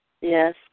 Yes